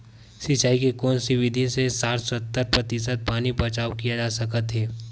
सिंचाई के कोन से विधि से साठ सत्तर प्रतिशत पानी बचाव किया जा सकत हे?